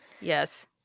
Yes